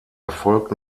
erfolgt